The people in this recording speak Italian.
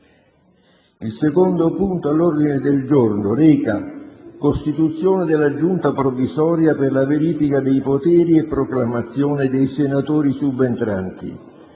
finestra"). L'ordine del giorno reca: «Costituzione della Giunta provvisoria per la verifica dei poteri e proclamazione dei senatori subentranti».